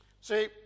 See